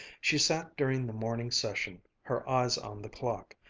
she sat during the morning session, her eyes on the clock,